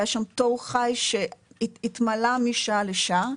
היה שם תור חי שהתמלא משעה לשעה,